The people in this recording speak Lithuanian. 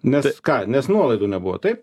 nes ką nes nuolaidų nebuvo taip